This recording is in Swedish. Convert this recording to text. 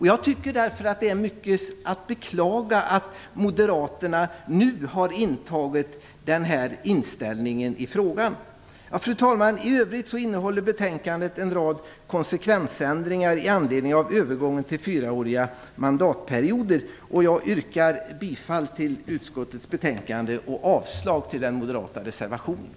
Jag tycker därför att det är att beklaga att Moderaterna har intagit denna inställning i frågan. Fru talman! I övrigt innehåller betänkandet en rad konsekvensändringar i anledning av övergången till 4 åriga mandatperioder. Jag yrkar bifall till utskottets hemställan och avslag på den moderata reservationen.